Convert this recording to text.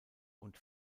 und